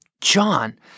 John